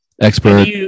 Expert